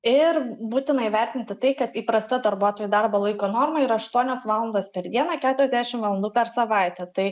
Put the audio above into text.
ir būtina įvertinti tai kad įprasta darbuotojų darbo laiko norma yra aštuonios valandos per dieną keturiasdešim valandų per savaitę tai